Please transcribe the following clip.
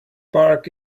bark